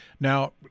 Now